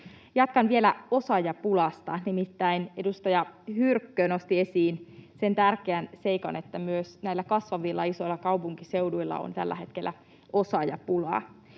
Jatkan vielä osaajapulasta, nimittäin edustaja Hyrkkö nosti esiin sen tärkeän seikan, että myös näillä kasvavilla isoilla kaupunkiseuduilla on tällä hetkellä osaajapulaa.